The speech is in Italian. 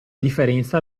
differenza